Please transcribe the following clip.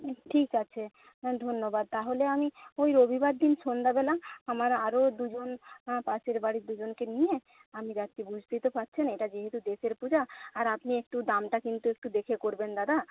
ঠিক আছে ধন্যবাদ তাহলে আমি ওই রবিবার দিন সন্ধ্যাবেলা আমার আরও দুজন পাশের বাড়ির দুজনকে নিয়ে আমি যাচ্ছি বুঝতেই তো পারছেন এটা যেহেতু দেশের পূজা আর আপনি একটু দামটা কিন্তু একটু দেখে করবেন দাদা